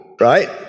right